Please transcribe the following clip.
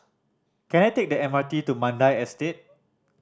can I take the M R T to Mandai Estate